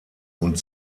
und